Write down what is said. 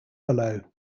below